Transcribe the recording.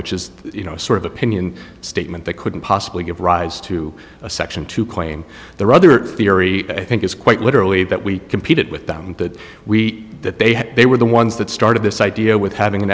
which is you know sort of opinion statement they couldn't possibly give rise to a section to claim their other theory i think is quite literally that we competed with them that we that they had they were the ones that started this idea with having